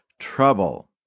trouble